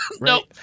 No